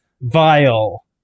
vile